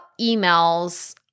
emails